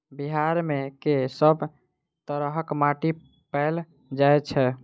बिहार मे कऽ सब तरहक माटि पैल जाय छै?